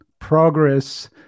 progress